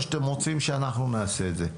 או שאתם רוצים שאנחנו נעשה את זה?